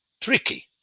tricky